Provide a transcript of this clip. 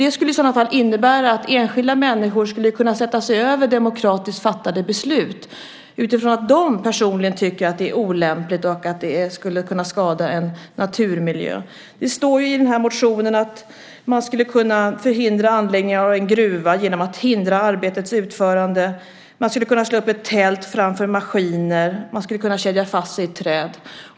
Det skulle i så fall innebära att enskilda människor kunde sätta sig över ett demokratiskt fattat beslut utifrån att de personligen tycker att det är olämpligt och skulle kunna skada en naturmiljö. Det står i motionen att man skulle kunna förhindra anläggning av en gruva genom att hindra arbetets utförande. Man skulle kunna slå upp ett tält framför maskiner. Man skulle kunna kedja fast sig i träd.